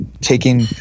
taking